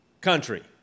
country